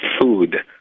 food